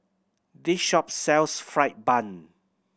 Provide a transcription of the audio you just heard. this shop sells fried bun